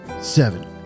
Seven